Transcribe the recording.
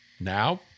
Now